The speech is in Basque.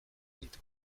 ditu